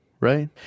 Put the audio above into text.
Right